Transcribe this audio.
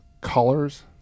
colors